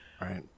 Right